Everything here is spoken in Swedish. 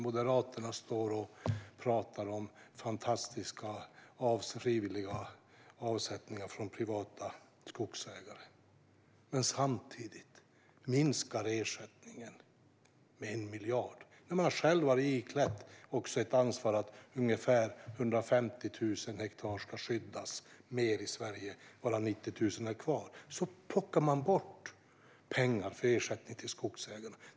Moderaterna står och pratar om fantastiska frivilliga avsättningar från privata skogsägare men minskar samtidigt ersättningen med 1 miljard. När man själv har tagit på sig ansvaret för att ungefär 150 000 hektar mer ska skyddas i Sverige, varav 90 000 är kvar, plockar man bort pengar för ersättning till skogsägarna.